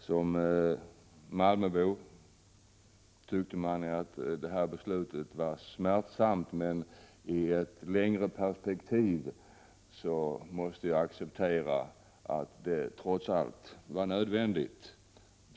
Som malmöbo tyckte jag att det beslutet var smärtsamt, men i ett längre perspektiv måste jag acceptera att det trots allt var nödvändigt.